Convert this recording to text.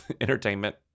entertainment